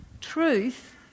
Truth